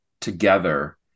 together